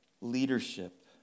leadership